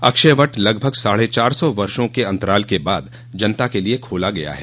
अक्षयवट लगभग साढ़े चार सौ वर्षो के अन्तराल के बाद जनता के लिये खोला गया है